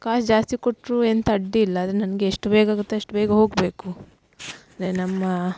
ಕಾಸು ಜಾಸ್ತಿ ಕೊಟ್ಟರು ಎಂತ ಅಡ್ಡಿಯಿಲ್ಲ ಅದು ನನಗೆ ಎಷ್ಟು ಬೇಗ ಆಗುತ್ತೆ ಅಷ್ಟು ಬೇಗ ಹೋಗಬೇಕು ಅದೇ ನಮ್ಮ